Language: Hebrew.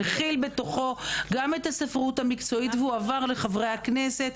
הוא מכיל בתוכו גם את הספרות המקצועית והוא עבר לחברי הכנסת.